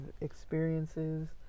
experiences